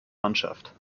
mannschaft